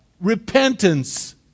Repentance